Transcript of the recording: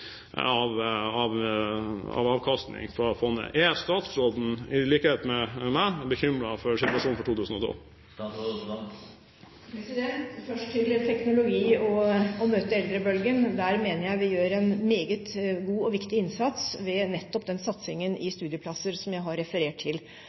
det bortfallet av avkastning fra fondet. Er statsråden, i likhet med meg, bekymret for situasjonen for 2012? Først til teknologi og å møte eldrebølgen. Der mener jeg vi gjør en meget god og viktig innsats ved nettopp den satsingen